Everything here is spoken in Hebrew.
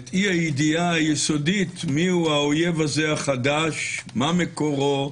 את אי-הידיעה היסודית מיהו האויב החדש, מה מקורו,